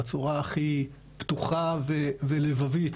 בצורה הכי פתוחה ולבבית.